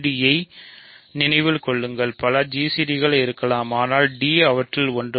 Gcd ஐ நினைவில் கொள்ளுங்கள் பல gcd இருக்கலாம் ஆனால் d அவற்றில் ஒன்று